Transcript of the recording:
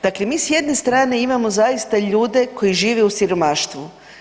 Dakle, mi s jedne strane imamo zaista ljude koji žive u siromaštvu.